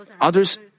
others